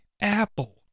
Apple